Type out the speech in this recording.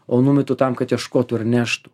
o numetu tam kad ieškotų ir neštų